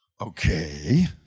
okay